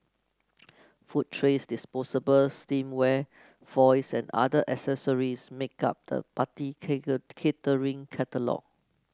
food trays disposable stemware foils and other accessories make up the party catering catalogue